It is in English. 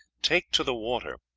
take to the water,